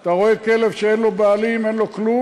אתה רואה כלב שאין לו בעלים, אין לו כלום,